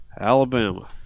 Alabama